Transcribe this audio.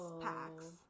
packs